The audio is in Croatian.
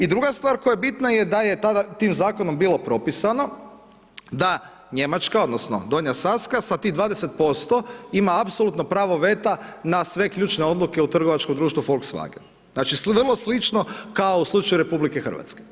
I druga stvar koja je bitna, da je tada tim zakonom bilo propisano, da Njemačka, odnosno, Donja Saska, sa tih 20% ima apsolutno pravo veta na sve ključne odluke u trgovačkom društvu Volkswagen, znači vrlo slično kao u slučaju RH.